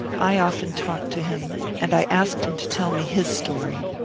i often talked to him, and i asked him to tell me his story.